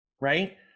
right